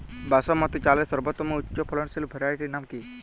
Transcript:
বাসমতী চালের সর্বোত্তম উচ্চ ফলনশীল ভ্যারাইটির নাম কি?